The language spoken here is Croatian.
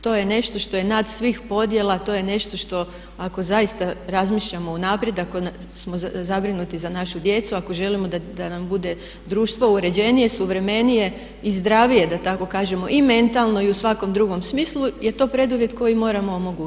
To je nešto što je nad svih podjela, to je nešto što ako zaista razmišljamo unaprijed, ako smo zabrinuti za našu djecu, ako želimo da nam bude društvo uređenije, suvremenije i zdravije da tako kažemo i mentalno i u svakom drugom smislu je to preduvjet koji moramo omogućiti.